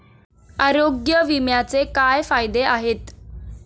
आरोग्य विम्याचे काय फायदे आहेत?